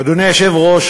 אדוני היושב-ראש,